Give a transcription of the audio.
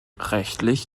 rechtlich